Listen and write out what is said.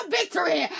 victory